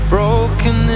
Broken